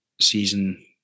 season